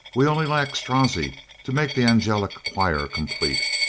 we only lack strozzi to make the angelic choir complete.